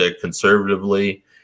conservatively